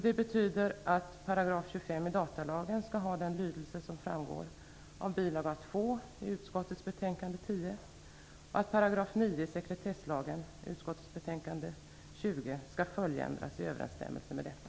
Det betyder att 25 § i datalagen skall ha den lydelse som framgår av bil. 2 till utskottets betänkande KU10 och att 9 § i sekretesslagen enligt utskottets betänkande KU20 skall följdändras i överensstämmelse med detta.